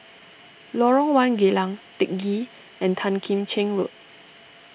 Lorong one Geylang Teck Ghee and Tan Kim Cheng Road